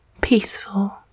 peaceful